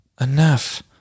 Enough